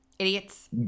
Idiots